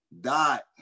Dot